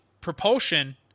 propulsion